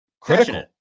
critical